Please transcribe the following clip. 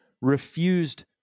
refused